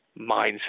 mindset